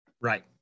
right